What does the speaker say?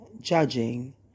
judging